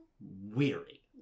weary